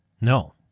No